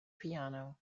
piano